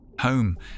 Home